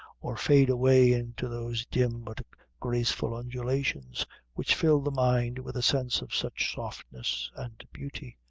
or fade away into those dim but graceful undulations which fill the mind with a sense of such softness and beauty.